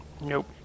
Nope